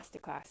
masterclass